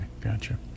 gotcha